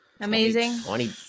Amazing